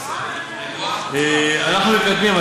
אנחנו מקדמים,